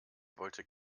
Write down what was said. wollte